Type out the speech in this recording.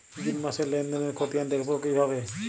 June মাসের লেনদেনের খতিয়ান দেখবো কিভাবে?